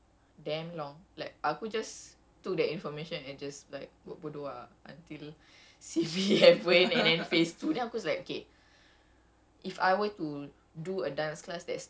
then she was saying oh it's that this studio da da da da so uh it took me like damn long like aku just took the information and just like buat bodoh ah until C_B happened